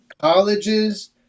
colleges